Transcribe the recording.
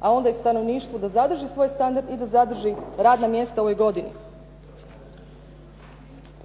a onda i stanovništvu da zadrži svoj standard i da zadrži radna mjesta u ovoj godini.